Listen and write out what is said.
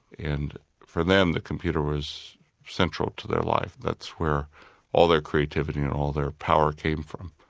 and for them the computer was central to their lives, that's where all their creativity and all their power came from.